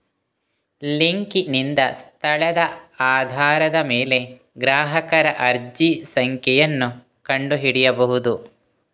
ಲಿಂಕಿನಿಂದ ಸ್ಥಳದ ಆಧಾರದ ಮೇಲೆ ಗ್ರಾಹಕರ ಅರ್ಜಿ ಸಂಖ್ಯೆಯನ್ನು ಕಂಡು ಹಿಡಿಯಬಹುದು